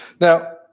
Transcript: Now